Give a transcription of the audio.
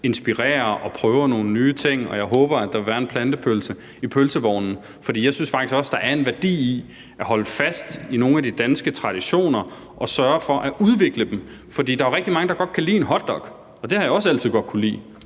inspirere og prøver nogle nye ting. Jeg håber, at der vil være en plantepølse i pølsevognen, for jeg synes faktisk også, at der er en værdi i at holde fast i nogle af de danske traditioner og sørge for at udvikle dem. For der er rigtig mange, der godt kan lide en hotdog, og det har jeg også altid godt kunnet lide.